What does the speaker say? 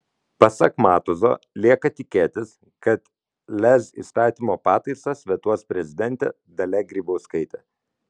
pasak matuzo lieka tikėtis kad lez įstatymo pataisas vetuos prezidentė dalia grybauskaitė